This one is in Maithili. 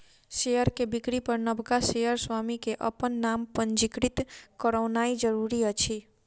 शेयर के बिक्री पर नबका शेयर स्वामी के अपन नाम पंजीकृत करौनाइ जरूरी अछि